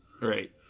Right